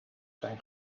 zijn